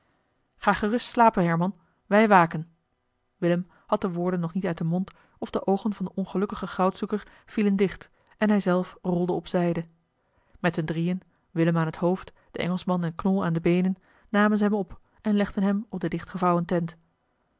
ga gerust slapen herman wij waken willem had de woorden nog niet uit den mond of de oogen van den ongelukkigen goudzoeker vielen dicht en hij zelf rolde op zijde met hun drieën willem aan het hoofd de engelschman en knol aan de beenen namen ze hem op en legden hem op de dichtgevouwen tent